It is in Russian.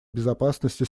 безопасности